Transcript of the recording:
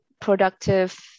productive